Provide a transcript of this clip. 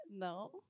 No